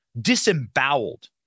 disemboweled